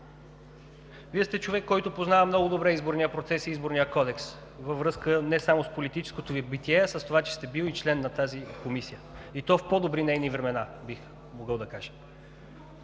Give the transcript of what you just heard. Вие сте човек, който познава много добре изборния процес и Изборния кодекс във връзка не само с политическото Ви битие, а с това, че сте бил и член на тази комисия, и то в по-добри нейни времена, бих могъл да кажа.